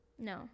no